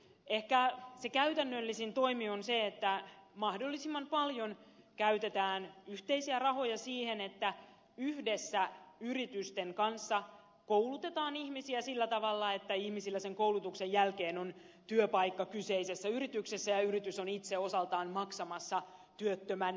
ehkä se käytännöllisin toimi on se että mahdollisimman paljon käytetään yhteisiä rahoja siihen että yhdessä yritysten kanssa koulutetaan ihmisiä sillä tavalla että ihmisillä sen koulutuksen jälkeen on työpaikka kyseisessä yrityksessä ja yritys on itse osaltaan maksamassa työttömän työnhakijan koulutusta